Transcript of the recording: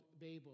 Babel